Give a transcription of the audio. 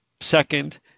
Second